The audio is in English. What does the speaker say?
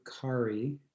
kari